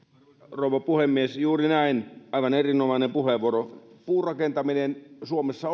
rouva puhemies juuri näin aivan erinomainen puheenvuoro puurakentaminen suomessa